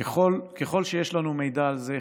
ככל שיש לנו מידע על זה,